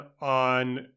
on